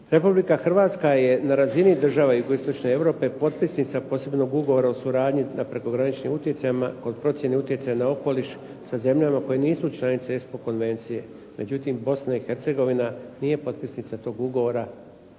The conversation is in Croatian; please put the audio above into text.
Republika Hrvatska je na razini država jugoistočne Europe potpisnica posebnog Ugovora o suradnji na prekogranične utjecaje kod procjeni utjecaja na okoliš sa zemljama koje nisu članice ESPO konvencije. Međutim, Bosna i Hercegovina nije potpisnica toga ugovora